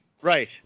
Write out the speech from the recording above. Right